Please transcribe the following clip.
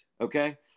Okay